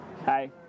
Hi